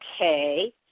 okay